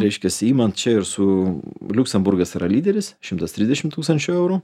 reiškiasi imant čia ir su liuksemburgas yra lyderis šimtas trisdešimt tūkstančių eurų